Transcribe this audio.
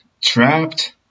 trapped